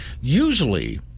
Usually